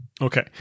Okay